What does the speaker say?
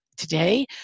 Today